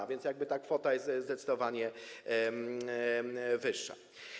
A więc ta kwota jest zdecydowanie wyższa.